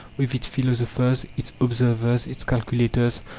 with its philosophers, its observers, its calculators,